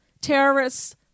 Terrorists